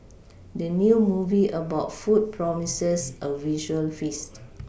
the new movie about food promises a visual feast